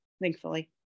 thankfully